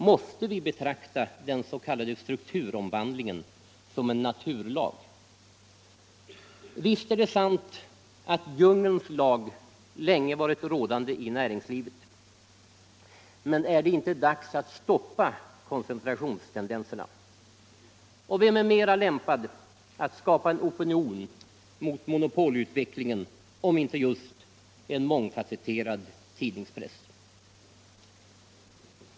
Måste vi betrakta den s.k. strukturomvandlingen som en naturlag? Visst är det sant att djungelns lag länge varit rådande i näringslivet, men är det inte dags att stoppa koncentrationstendenserna? Vem är mera lämpad att skapa en opinion mot monopolutvecklingen än just en mångfasetterad tidningspress?